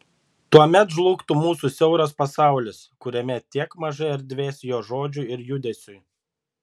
tuomet žlugtų mūsų siauras pasaulis kuriame tiek mažai erdvės jo žodžiui ir judesiui